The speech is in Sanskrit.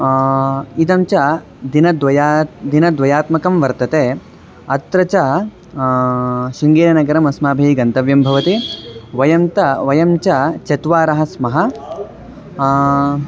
इदं च दिनद्वयं दिनद्वयात्मकं वर्तते अत्र च शृङ्गेरनगरम् अस्माभिः गन्तव्यं भवति वयं त वयं च चत्वारः स्मः